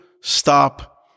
stop